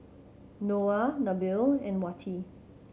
Noah Nabil and Wati